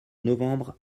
novembre